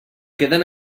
queden